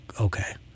okay